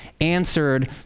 answered